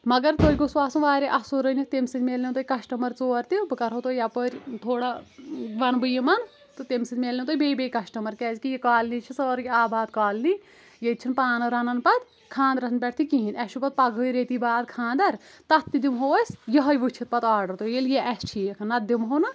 مگر تۄہہِ گوٚژھوٗ آسُن واریاہ اصل رٔنِتھ تمہِ سۭتۍ میلیو تۄہہ کسٹمر ژور تہِ بہٕ کرہو تُہۍ یپٲرۍ تھوڑا ونہٕ بہٕ یِمن تہٕ تمہِ سۭتۍ میلنو تۄہہ بیٚیہ بیٚیہ کسٹمر کیٛازِکہِ یہِ کالنی چھِ سٲرٕے آباد کالنی ییٚتہِ چھنہٕ پانہٕ رنان پتہٕ خانٛدرن پٮ۪ٹھ تہِ کہیٖنۍ اسہِ چھُ پتہٕ پگہٲے ریٚتی باد خانٛدر تتھ تہِ دمہو أسۍ یہوے وٕچھِتھ پتہٕ آرڈر تُہۍ ییٚلہِ یہِ آسہِ ٹھیٖک نتہٕ دِمہو نہٕ